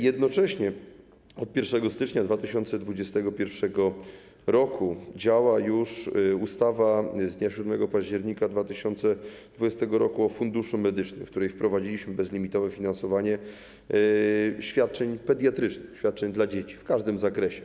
Jednocześnie od 1 stycznia 2021 r. działa już ustawa z dnia 7 października 2020 r. o Funduszu Medycznym, w której wprowadziliśmy bezlimitowe finansowanie świadczeń pediatrycznych, świadczeń dla dzieci, w każdym zakresie.